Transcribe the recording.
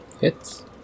Hits